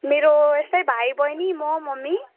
मेरो यस्तै भाइ बहिनी म मम्मी